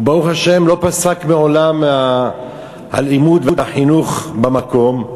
וברוך השם, לא פסק מעולם הלימוד והחינוך במקום.